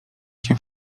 się